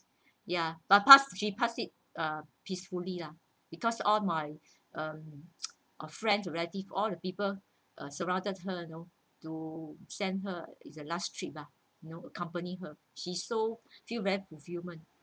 ya but passed she passed uh peacefully lah because all my um uh friend relative all the people uh surrounded her you know to send her it's the last trip uh you know accompany her she so feel very fulfilment